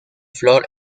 flor